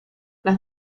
las